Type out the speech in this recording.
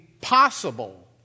possible